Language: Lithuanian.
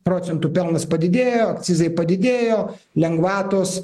procentu pelnas padidėjo akcizai padidėjo lengvatos